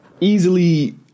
Easily